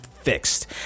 fixed